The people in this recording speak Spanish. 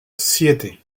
siete